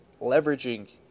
leveraging